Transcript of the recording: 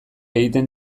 egiten